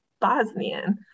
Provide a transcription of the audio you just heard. Bosnian